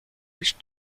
which